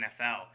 NFL